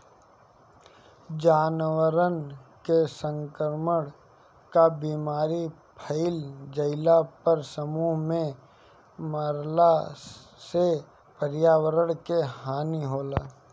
जानवरन में संक्रमण कअ बीमारी फइल जईला पर समूह में मरला से पर्यावरण के हानि होला